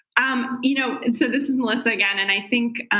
um you know and so this is melissa again, and i think